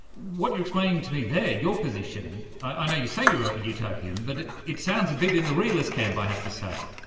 what you're explaining to me there, your position, i know you say you're a utopian, but it it sounds a bit in the realist camp, i have to say.